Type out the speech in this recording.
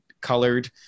colored